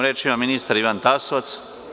Reč ima ministar Ivan Tasovac.